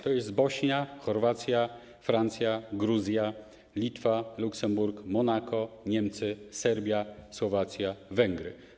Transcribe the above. To są: Bośnia, Chorwacja, Francja, Gruzja, Litwa, Luksemburg, Monako, Niemcy, Serbia, Słowacja i Węgry.